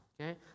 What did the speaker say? okay